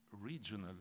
regional